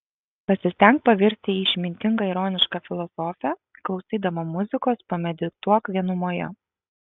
pasistenk pavirsti į išmintingą ironišką filosofę klausydama muzikos pamedituok vienumoje